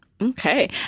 Okay